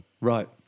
Right